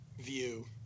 view